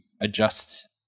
adjust